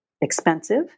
expensive